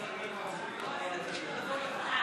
של חברי הכנסת יוסי